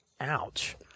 Ouch